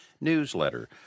newsletter